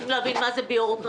רוצים להבין מה זאת בירוקרטיה.